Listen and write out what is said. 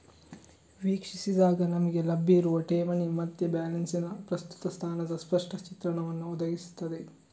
ವೀಕ್ಷಿಸಿದಾಗ ನಮಿಗೆ ಲಭ್ಯ ಇರುವ ಠೇವಣಿ ಮತ್ತೆ ಬ್ಯಾಲೆನ್ಸಿನ ಪ್ರಸ್ತುತ ಸ್ಥಾನದ ಸ್ಪಷ್ಟ ಚಿತ್ರಣವನ್ನ ಒದಗಿಸ್ತದೆ